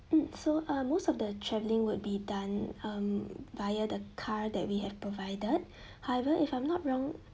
hmm so uh most of the traveling would be done um via the car that we have provided however if I'm not wrong